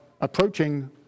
approaching